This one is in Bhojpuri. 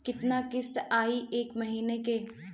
कितना किस्त आई एक महीना के?